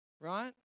right